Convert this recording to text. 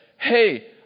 hey